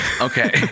okay